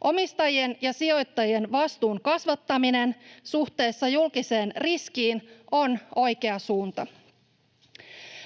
Omistajien ja sijoittajien vastuun kasvattaminen suhteessa julkiseen riskiin on oikea suunta.